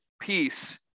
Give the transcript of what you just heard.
peace